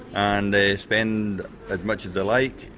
and they spend as much as they like,